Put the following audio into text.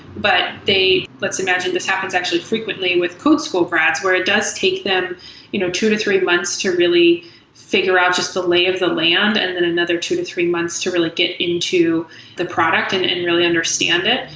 but let's imagine this happens actually frequently with code school brats where it does take them you know two to three months to really figure out just the lay of the land and then another two to three months to really get into the product and and really understand it.